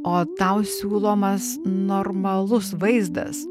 o tau siūlomas normalus vaizdas